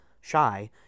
Shy